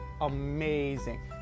amazing